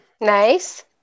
Nice